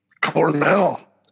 Cornell